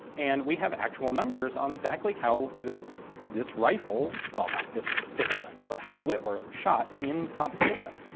and we have actual numbers on exactly how this this rifle, well not this specific rifle, but how the whitworth shot in competition.